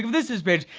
this this page.